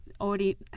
already